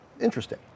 interesting